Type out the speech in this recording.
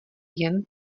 jen